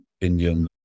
Indian